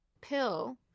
pill